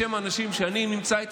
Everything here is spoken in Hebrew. בשם האנשים שאני נמצא איתם,